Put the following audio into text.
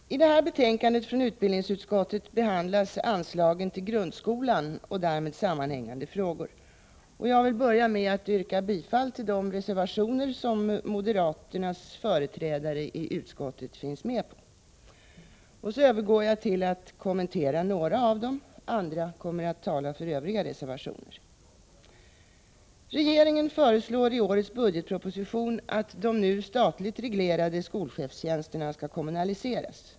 Herr talman! I detta betänkande från utbildningsutskottet behandlas anslagen till grundskolan och därmed sammanhängande frågor. Jag vill börja med att yrka bifall till de reservationer som moderaternas företrädare i utskottet finns med på. Så övergår jag till att kommentera några av dem — andra kommer sedan att tala för övriga reservationer. Regeringen föreslår i årets budgetproposition att-de nu statligt reglerade skolchefstjänsterna skall kommunaliseras.